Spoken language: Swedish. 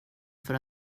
för